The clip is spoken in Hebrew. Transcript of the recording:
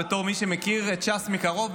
בתור מי שמכיר את ש"ס מקרוב,